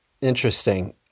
Interesting